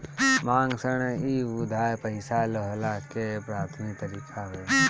मांग ऋण इ उधार पईसा लेहला के प्राथमिक तरीका हवे